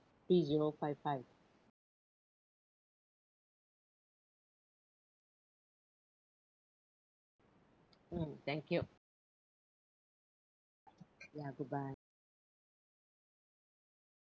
three zero five five mm thank you ya goodbye